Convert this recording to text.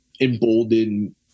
emboldened